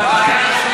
זאת רק קריאה ראשונה.